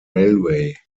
railway